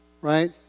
right